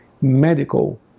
medical